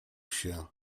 się